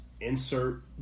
insert